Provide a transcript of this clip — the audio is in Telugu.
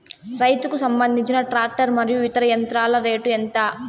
రైతుకు సంబంధించిన టాక్టర్ మరియు ఇతర యంత్రాల రేటు ఎంత?